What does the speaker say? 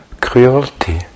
cruelty